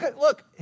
look